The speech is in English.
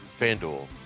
FanDuel